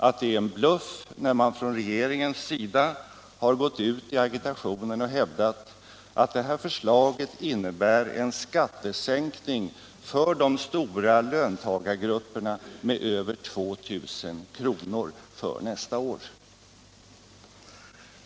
Det är en bluff när man från regeringens sida har hävdat att det här förslaget för nästa år innebär en skattesänkning för de stora löntagargrupperna med över 2 000 kr.